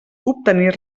obtenir